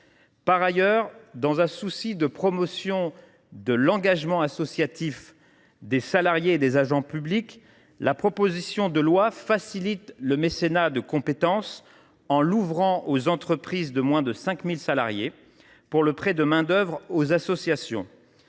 Par ailleurs, dans un souci de promotion de l’engagement associatif des salariés et des agents publics, la proposition de loi facilite le mécénat de compétences en l’ouvrant aux entreprises de moins de 5 000 salariés pour le prêt de main d’œuvre aux associations.